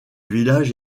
village